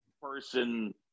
Person